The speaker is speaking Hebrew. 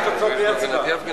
יש תוצאות בלי הצבעה.